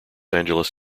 angeles